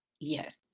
Yes